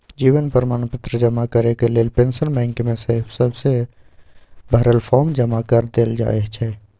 जीवन प्रमाण पत्र जमा करेके लेल पेंशन बैंक में सहिसे भरल फॉर्म जमा कऽ देल जाइ छइ